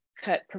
cut